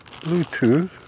Bluetooth